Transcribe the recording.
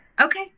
Okay